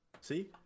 See